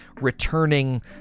returning